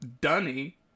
dunny